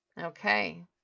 Okay